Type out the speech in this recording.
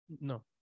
No